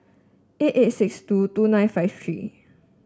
eight eight six two two nine five three